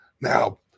Now